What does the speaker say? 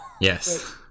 Yes